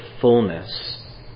fullness